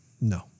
No